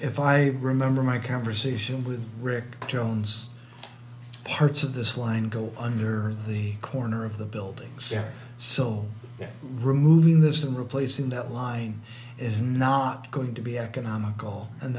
if i remember my conversation with rick jones parts of this line go under the corner of the buildings so yeah removing this and replacing that line is not going to be economical and